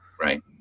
right